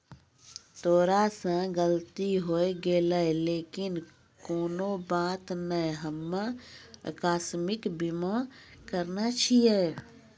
तोरा से गलती होय गेलै लेकिन कोनो बात नै हम्मे अकास्मिक बीमा करैने छिये